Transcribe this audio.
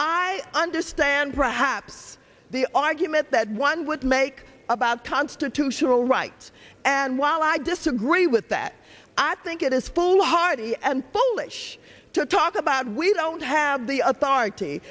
i understand perhaps the argument that one would make about constitutional rights and while i disagree with that i think it is foo hardy and polish to talk about we don't have the authority